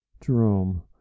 Jerome